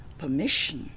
permission